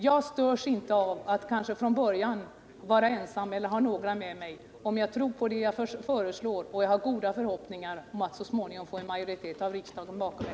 Jag störs inte av att från början vara ensam eller bara ha några få med mig. Jag tror på det jag föreslår och har goda förhoppningar om att så småningom få en majoritet av riksdagen bakom mig.